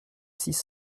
six